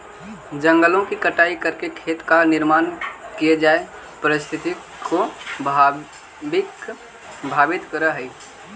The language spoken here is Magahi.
जंगलों की कटाई करके खेतों का निर्माण किये जाए पारिस्थितिकी को प्रभावित करअ हई